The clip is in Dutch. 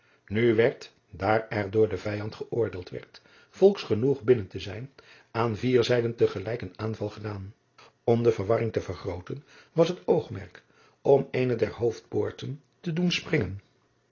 nu werd daar er door den vijand geoordeeld werd volks genoeg binnen te zijn aan vier zijden te gelijk een aanval gedaan om de verwarring te vergrooten was het oogmerk om eene der hoofdpoorten te doen springen